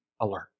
alert